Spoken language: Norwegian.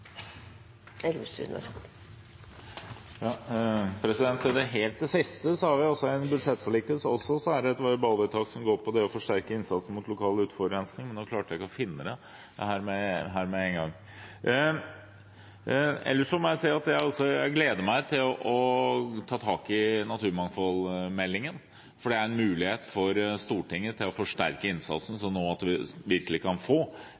Til det helt siste: I budsjettforliket er det også et verbalvedtak som går på det å forsterke innsatsen mot lokal luftforurensning, men jeg klarte ikke å finne det nå. Ellers må jeg si at jeg gleder meg til å ta tak i naturmangfoldmeldingen, for det er en mulighet for Stortinget til å forsterke innsatsen slik at vi virkelig kan få